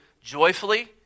joyfully